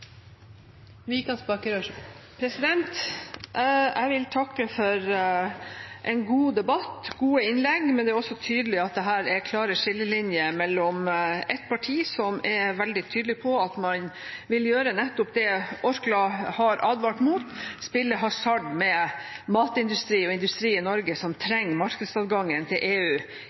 også tydelig at det her er klare skillelinjer når det gjelder et parti som er veldig tydelig på at man vil gjøre nettopp det Orkla har advart mot, spille hasard med matindustri og industri i Norge som trenger markedsadgangen til EU